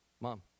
mom